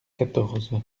quatorze